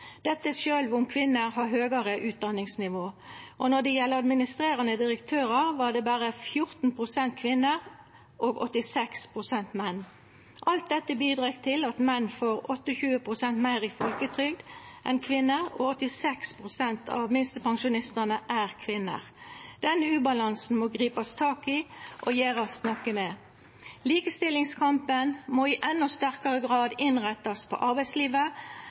sjølv om kvinner har høgare utdanningsnivå. Når det gjeld administrerande direktørar, var det berre 14 pst. kvinner mot 86 pst. menn. Alt dette bidreg til at menn får 28 pst. meir i folketrygd enn kvinner. Vi veit òg at 86 pst. av minstepensjonistane er kvinner. Denne ubalansen må gripast tak i og gjerast noko med. Likestillingskampen må i endå sterkare grad rettast inn mot arbeidslivet.